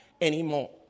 anymore